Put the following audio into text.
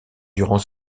durant